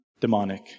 demonic